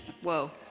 Whoa